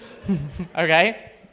okay